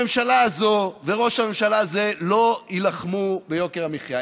הממשלה הזו וראש הממשלה הזה לא יילחמו ביוקר המחיה.